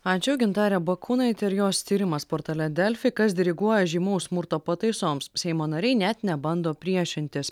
ačiū gintarė bakūnaitė ir jos tyrimas portale delfi kas diriguoja žymaus smurto pataisoms seimo nariai net nebando priešintis